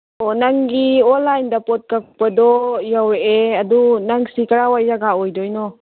ꯑꯣ ꯅꯪꯒꯤ ꯑꯣꯟꯂꯥꯏꯟꯗ ꯄꯣꯠ ꯀꯛꯄꯗꯣ ꯌꯧꯔꯛꯑꯦ ꯑꯗꯣ ꯅꯪꯁꯤ ꯀꯔꯗꯥꯏꯋꯥꯏ ꯖꯥꯒ ꯑꯣꯏꯗꯣꯏꯅꯣ